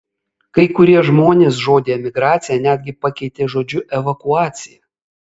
kai kurie žmonės žodį emigracija netgi pakeitė žodžiu evakuacija